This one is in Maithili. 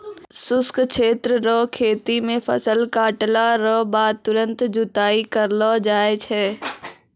शुष्क क्षेत्र रो खेती मे फसल काटला रो बाद तुरंत जुताई करलो जाय छै